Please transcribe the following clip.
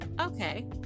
okay